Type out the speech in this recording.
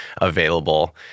available